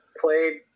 played